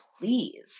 please